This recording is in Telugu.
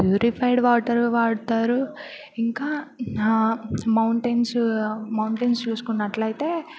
ప్యూరిఫైడ్ వాటర్ వాడతారు ఇంకా మౌంటైన్స్ మౌంటైన్స్ చూసుకున్నట్లయితే